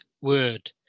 word